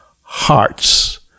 hearts